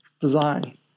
design